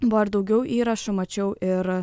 buvo ir daugiau įrašų mačiau ir